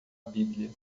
bíblia